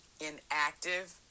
inactive